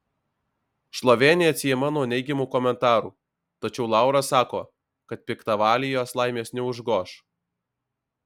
šlovė neatsiejama nuo neigiamų komentarų tačiau laura sako kad piktavaliai jos laimės neužgoš